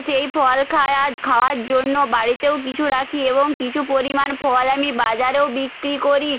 সেই ফল খাই আজ খাওয়ার জন্য বাড়িতেও কিছু রাখি এবং কিছু পরিমাণ ফল আমি বাজারেও বিক্রি করি